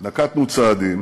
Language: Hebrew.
נקטנו צעדים,